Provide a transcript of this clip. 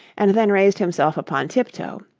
and then raised himself upon tiptoe,